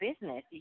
business